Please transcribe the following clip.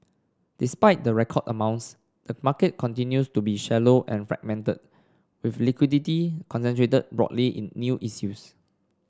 despite the record amounts the market continues to be shallow and fragmented with liquidity concentrated broadly in new issues